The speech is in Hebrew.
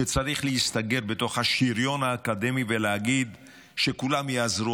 שצריך להסתגר בתוך השריון האקדמי ולהגיד: כולם יעזרו,